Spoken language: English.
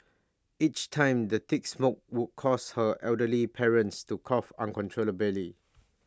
each time the thick smoke would cause her elderly parents to cough uncontrollably